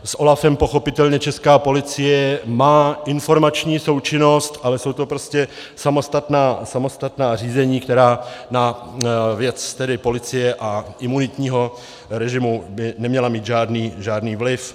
S OLAFem pochopitelně česká policie má informační součinnost, ale jsou to prostě samostatná řízení, která na věc policie a imunitního režimu by neměla mít žádný vliv.